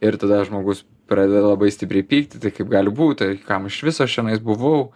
ir tada žmogus pradeda labai stipriai pykti tai kaip gali būt kam iš viso aš čionais buvau